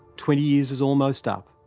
twenty years is almost up.